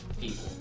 People